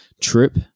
trip